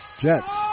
Jets